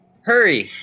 Hurry